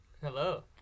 hello